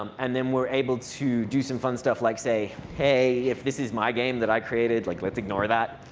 um and then we're able to do some fun stuff like say, hey, if this is my game that i created, like let's ignore that.